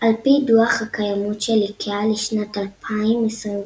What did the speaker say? על פי דו"ח הקיימות של איקאה לשנת 2021,